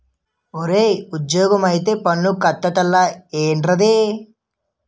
ఓరయ్యా ఉజ్జోగమొత్తే పన్ను కట్టాలట ఏట్రది